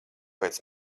pēc